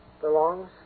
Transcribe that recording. belongs